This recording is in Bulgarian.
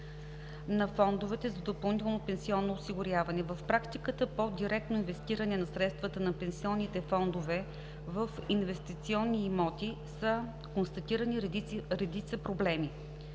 на фондовете за допълнително пенсионно осигуряване. В практиката по директно инвестиране на средствата на пенсионните фондове в инвестиционни имоти са констатирани редица проблеми.